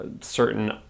certain